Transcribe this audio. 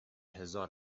هزار